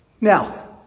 Now